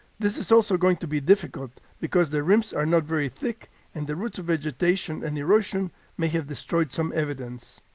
this is also going to be difficult because the rims are not very thick and the roots of vegetation and erosion may have destroyed some evidence.